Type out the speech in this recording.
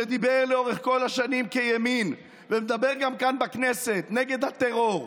שדיבר לאורך כל השנים כימין ומדבר גם כאן בכנסת נגד הטרור,